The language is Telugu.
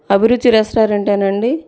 అభిరుచి రెస్టారెంటేనా అండీ